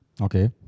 Okay